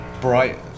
bright